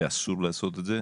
אסור לעשות את זה.